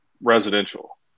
residential